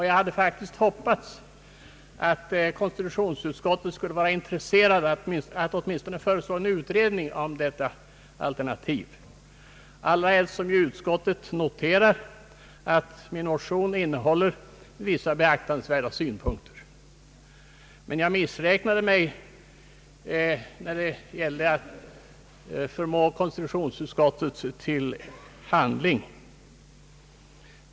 Jag hade faktiskt hoppats att konstitutionsutskottet skulle vara intresserat av att åtminstone föreslå en utredning av detta alternativ, allra helst som utskottet noterar att min motion innehåller vissa beaktansvärda synpunkter. Jag missräknade mig emellertid vad gäller att förmå konstitutionsutskottet till handling.